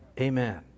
Amen